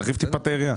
להרחיב במקצת את היריעה.